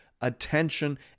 attention